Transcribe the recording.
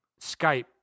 Skype